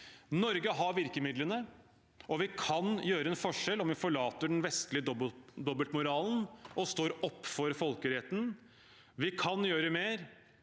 Norge har virkemidlene, og vi kan utgjøre en forskjell om vi forlater den vestlige dobbeltmoralen og står opp for folkeretten. Vi kan gjøre mer,